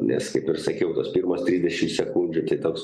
nes kaip ir sakiau tos pirmos trisdešimt sekundžių čia toks